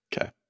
Okay